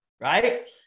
right